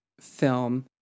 film